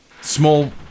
Small